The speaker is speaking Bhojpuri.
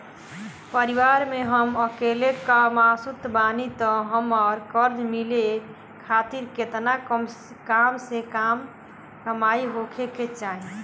परिवार में हम अकेले कमासुत बानी त हमरा कर्जा मिले खातिर केतना कम से कम कमाई होए के चाही?